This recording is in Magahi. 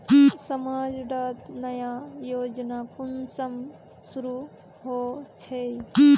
समाज डात नया योजना कुंसम शुरू होछै?